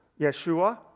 Yeshua